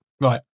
right